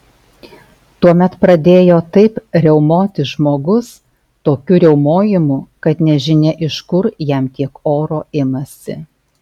tuomet pradėjo taip riaumoti žmogus tokiu riaumojimu kad nežinia iš kur jam tiek oro imasi